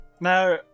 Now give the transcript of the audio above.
Now